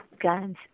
guns